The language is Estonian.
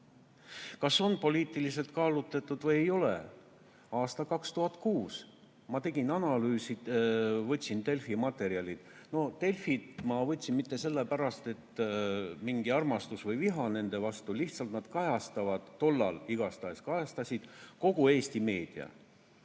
ta on poliitiliselt kallutatud või ei ole? Aastal 2006 ma tegin analüüsid, võtsin Delfi materjalid. Delfi ma võtsin mitte sellepärast, et oleks mingi armastus või viha nende vastu, lihtsalt tollal igastahes nad kajastasid kogu Eesti meediat.